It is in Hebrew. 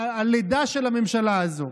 הלידה של הממשלה הזאת.